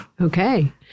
Okay